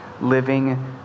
living